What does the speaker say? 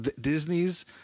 Disney's